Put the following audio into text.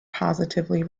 positively